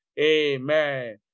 Amen